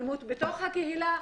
אלימות בתוך הקהילה,